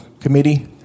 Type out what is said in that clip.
Committee